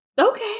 Okay